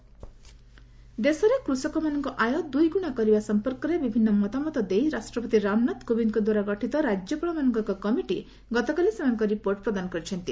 committee Ram Naik ଦେଶରେ କୃଷକମାନଙ୍କ ଆୟ ଦୁଇଗୁଣା କରିବା ସମ୍ପର୍କରେ ବିଭିନ୍ନ ମତାମତ ଦେଇ ରାଷ୍ଟ୍ରପତି ରାମନାଥ କୋବିନ୍ଦ୍ଙ୍କ ଦ୍ୱାରା ଗଠିତ ରାଜ୍ୟପାଳମାନଙ୍କ ଏକ କମିଟି ଗତକାଲି ସେମାନଙ୍କ ରିପୋର୍ଟ ପ୍ରଦାନ କରିଛନ୍ତି